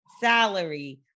salary